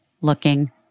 looking